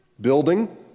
building